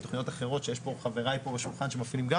ותכניות אחרות שחבריי פה בשולחן מפעילים,